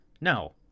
No